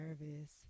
nervous